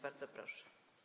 Bardzo proszę.